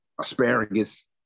Asparagus